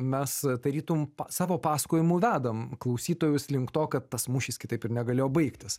mes tarytum savo pasakojimu vedam klausytojus link to kad tas mūšis kitaip ir negalėjo baigtis